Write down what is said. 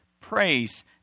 praise